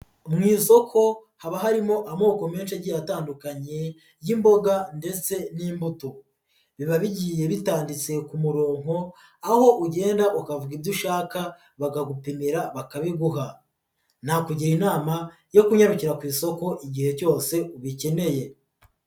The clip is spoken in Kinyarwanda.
Mu isoko haba harimo amoko menshi agiye atandukanye y'imboga ndetse n'imbuto, biba bigiye bitanditse ku murongo aho ugenda ukavuga ibyo ushaka bakagupimira bakabiguha, nakugira inama yo kunyarukira ku isoko igihe cyose ubikeneye.